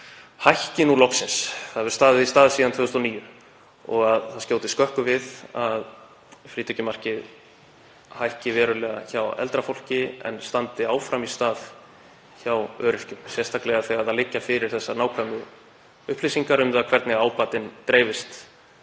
hækki nú loksins, en það hefur staðið í stað síðan 2009. Ég tel að það skjóti skökku við að frítekjumarkið hækki verulega hjá eldra fólki en standi áfram í stað hjá öryrkjum, sérstaklega þegar það liggja fyrir nákvæmar upplýsingar um það hvernig ábatinn dreifist